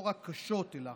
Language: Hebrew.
לא רק קשות אלא